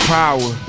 power